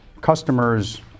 customers